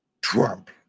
Trump